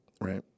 right